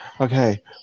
Okay